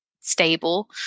stable